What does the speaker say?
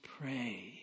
pray